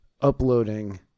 uploading